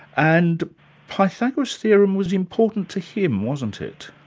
and pythagoras' theorem was important to him, wasn't it?